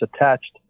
attached